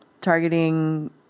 Targeting